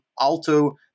Alto